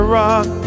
rock